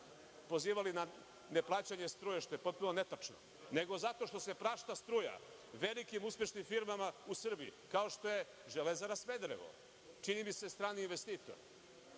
pozivali na ne plaćanje struje, što je potpuno netačno, nego zato što se prašta struja. Velikim uspešnim firmama u Srbiji kao što je Železara Smederevo, čini mi se strani investitor,